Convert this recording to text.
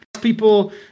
people